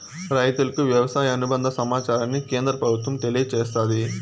రైతులకు వ్యవసాయ అనుబంద సమాచారాన్ని కేంద్ర ప్రభుత్వం తెలియచేస్తాది